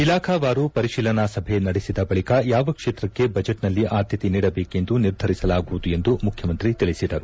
ಇಲಾಖಾವಾರು ಪರಿಶೀಲನಾ ಸಭೆ ನಡೆಸಿದ ಬಳಿಕ ಯಾವ ಕ್ಷೇತ್ರಕ್ಕೆ ಬಜೆಟ್ನಲ್ಲಿ ಆದ್ಯತೆ ನೀಡಬೇಕೆಂದು ನಿರ್ಧರಿಸಲಾಗುವುದು ಎಂದು ಮುಖ್ಯಮಂತ್ರಿ ತಿಳಿಸಿದರು